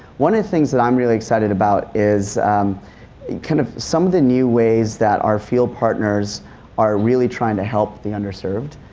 one of the things iim um really excited about is kind of some of the new ways that our field partners are really trying to help the under-served.